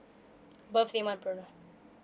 birthday month promo